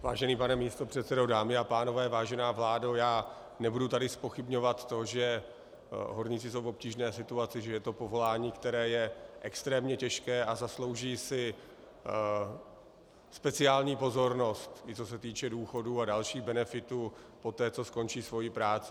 Vážený pane místopředsedo, dámy a pánové, vážená vládo, nebudu tady zpochybňovat to, že horníci jsou v obtížné situaci, že je to povolání, které je extrémně těžké a zaslouží si speciální pozornost, i co se týče důchodů a dalších benefitů poté, co skončí svoji práci.